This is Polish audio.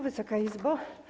Wysoka Izbo!